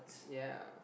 yea